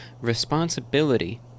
responsibility